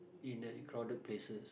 in a crowded places